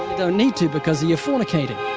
don't need to, because you're fornicating.